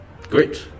Great